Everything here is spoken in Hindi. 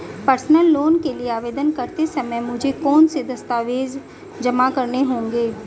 पर्सनल लोन के लिए आवेदन करते समय मुझे कौन से दस्तावेज़ जमा करने होंगे?